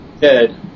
dead